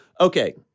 Okay